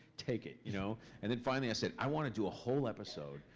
take it. you know and then finally i said, i wanna do a whole episode.